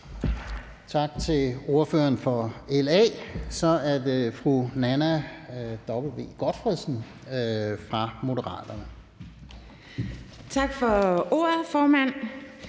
Tak til ordføreren for LA. Så er det fru Nanna W. Godtfredsen fra Moderaterne. Kl. 09:13 (Ordfører)